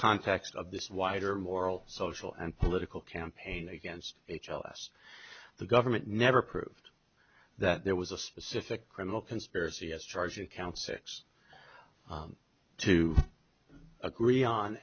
context of this wider moral social and political campaign against h l s the government never proved that there was a specific criminal conspiracy as charged in count six to agree on